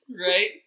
right